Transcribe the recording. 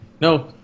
no